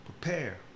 prepare